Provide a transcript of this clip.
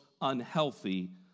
unhealthy